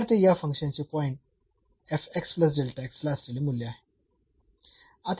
तर ते या फंक्शन चे पॉईंट ला असलेले मूल्य आहे